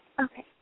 Okay